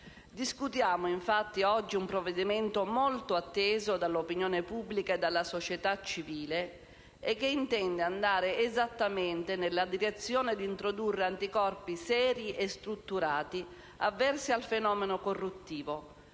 Discutiamo, infatti, oggi un provvedimento molto atteso dall'opinione pubblica e dalla società civile e che intende andare esattamente nella direzione di introdurre anticorpi seri e strutturati avversi al fenomeno corruttivo,